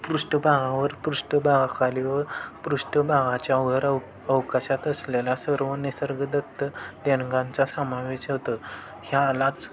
पृष्ठभागावर पृष्ठभागाखाली व पृष्ठभागाच्या वर अव अवकाशात असलेल्या सर्व निसर्गदत्त देणग्यांचा समावेश होतो ह्यालाच